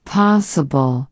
possible